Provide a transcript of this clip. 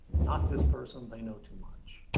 not this person, they know too much.